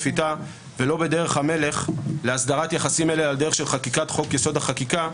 השפיטה ולא בדרך המלך להסדרת יחסים אלה על דרך של חקיקת חוק-יסוד: החקיקה,